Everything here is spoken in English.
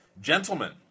Gentlemen